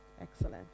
Excellent